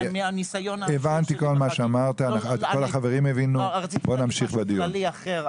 רציתי לומר משהו כללי אחר,